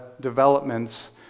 developments